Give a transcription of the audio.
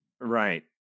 Right